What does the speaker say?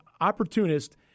opportunist